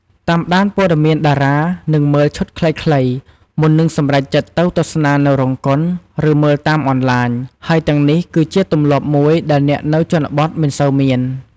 តាមដានព័ត៌មានតារា និងមើល ឈុតខ្លីៗ មុននឹងសម្រេចចិត្តទៅទស្សនានៅរោងកុន ឬមើលតាមអនឡាញ ហើយទាំងនេះគឺជាទម្លាប់មួយដែលអ្នកនៅជនបទមិនសូវមាន។